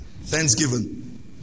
Thanksgiving